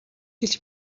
хэлж